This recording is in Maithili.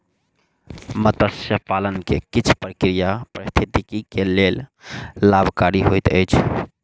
मत्स्य पालन के किछ प्रक्रिया पारिस्थितिकी के लेल लाभकारी होइत अछि